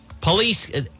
Police